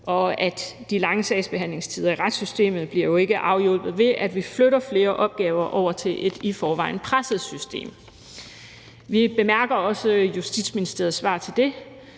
og at de lange sagsbehandlingstider i retssystemet jo ikke bliver afhjulpet, ved at vi flytter flere opgaver over til et i forvejen presset system. Vi bemærker også Justitsministeriets svar til det.